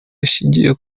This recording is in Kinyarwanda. rishingiye